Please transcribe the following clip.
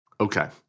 Okay